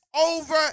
over